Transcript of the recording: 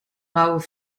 rauwe